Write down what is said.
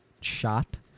shot